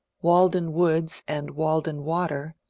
walden woods and walden water,